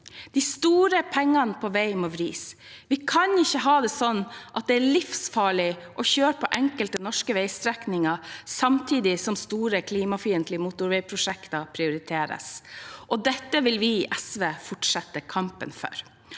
De store pengene på vei må vris. Vi kan ikke ha det sånn at det er livsfarlig å kjøre på enkelte norske veistrekninger samtidig som store, klimafiendtlige motorveiprosjekter prioriteres. Dette vil vi i SV fortsette kampen for.